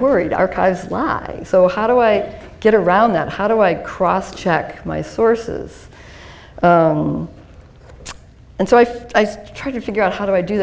worried archives law so how do i get around that how do i cross check my sources and so i try to figure out how do i do